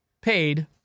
paid